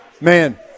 Man